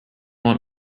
want